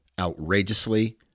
outrageously